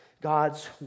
God's